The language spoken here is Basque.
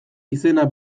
izena